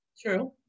True